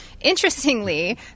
interestingly